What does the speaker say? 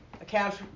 accounts